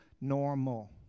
normal